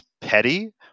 petty